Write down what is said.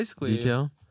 detail